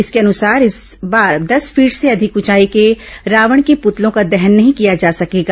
इसके अनुसार इस बार दस फीट से अधिक ऊंचाई के रावण के पृतलों का दहन नहीं किया जा सकेगा